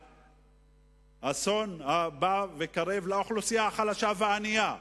האסון הקרב ובא לאוכלוסייה החלשה והענייה,